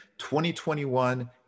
2021